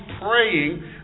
praying